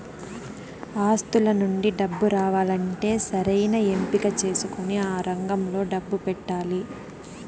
ఆస్తుల నుండి డబ్బు రావాలంటే సరైన ఎంపిక చేసుకొని ఆ రంగంలో డబ్బు పెట్టాలి